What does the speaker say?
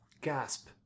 gasp